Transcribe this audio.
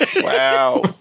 wow